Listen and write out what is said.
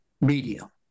media